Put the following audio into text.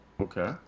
Okay